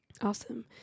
Awesome